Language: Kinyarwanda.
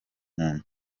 muntu